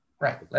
Right